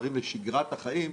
כהחלטת ממשלה,